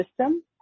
system